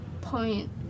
point